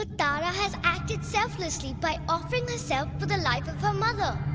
ah tara has acted selflessly by offering herself for the life of her mother.